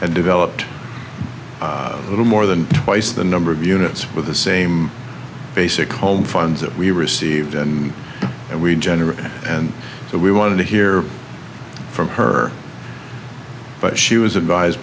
and developed a little more than twice the number of units with the same basic home funds that we received and we generous and so we wanted to hear from her but she was advise